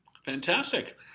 Fantastic